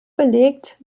belegt